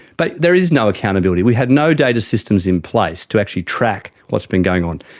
but there is no accountability. we have no data systems in place to actually track what's been going on.